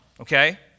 okay